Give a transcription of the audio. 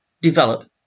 develop